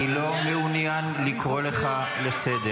אני לא מעוניין לקרוא אותך לסדר.